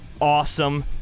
awesome